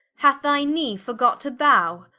hath thy knee forgot to bow?